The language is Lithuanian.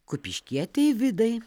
kupiškietei vidai